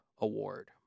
award